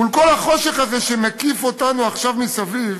מול כל החושך הזה, שמקיף אותנו עכשיו מסביב,